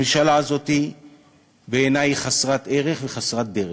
הממשלה הזאת, בעיני, היא חסרת ערך וחסרת דרך.